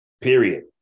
Period